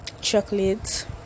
chocolate